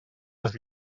les